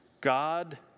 God